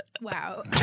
Wow